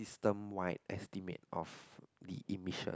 steam white estimate of the emission